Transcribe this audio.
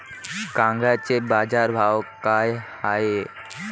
कांद्याचे बाजार भाव का हाये?